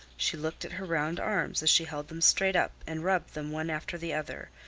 she looked at her round arms as she held them straight up and rubbed them one after the other,